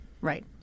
Right